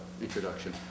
introduction